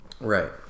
right